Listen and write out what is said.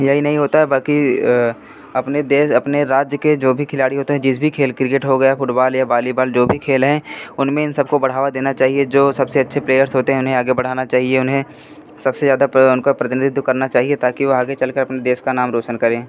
यही नहीं होता है बाकी अपने देश अपने राज्य के जो भी खिलाड़ी होते हैं जिस भी खेल क्रिकेट हो गया फ़ुटबाल या बालीबॉल जो भी खेल हैं उनमें इन सबको बढ़ावा देना चाहिए जो सबसे अच्छे प्लेयर्स होते हैं उन्हें आगे बढ़ाना चाहिए उन्हें सबसे ज़्यादा उनका प्रतिनिधित्व करना चाहिए ताकि वह आगे चलकर अपने देश का नाम रोशन करें